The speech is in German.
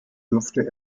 durfte